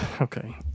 Okay